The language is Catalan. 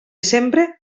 sempre